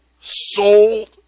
sold